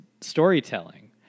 storytelling